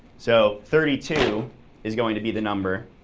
so thirty two is going to be the number